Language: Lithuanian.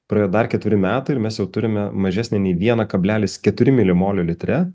praėjo dar keturi metai ir mes jau turime mažesnę nei veiną kablelis keturi milimolio litre